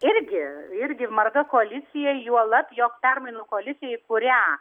irgi irgi marga koalicija juolab jog permainų koalicijai kurią